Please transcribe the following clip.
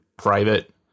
private